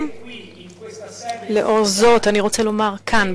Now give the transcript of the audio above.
גם לאור זאת אני רוצה לומר כאן,